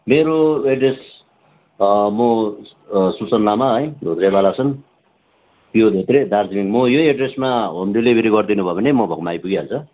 मेरो एड्रेस म सुसन लामा है झोक्रे बालासन पिओ धोत्रे दार्जिलिङ म यही एड्रेसमा होम डेलिभरी गरिदिनु भयो भने म भएकोमा आइपुगि हाल्छ